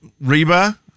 Reba